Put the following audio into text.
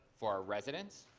for our residents,